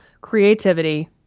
creativity